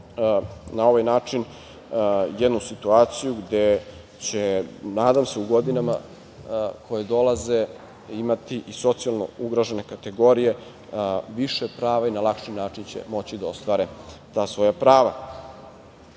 na ovaj način jednu situaciju gde će, nadam se u godinama koje dolaze, imati i socijalno ugrožene kategorije više prava i na lakši način će moći da ostvare ta svoja prava. Novac